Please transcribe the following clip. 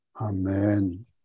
Amen